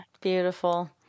Beautiful